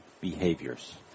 behaviors